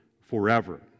forever